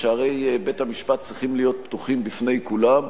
ושערי בית-המשפט צריכים להיות פתוחים בפני כולם,